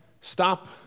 Stop